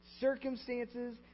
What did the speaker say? circumstances